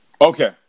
Okay